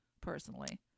personally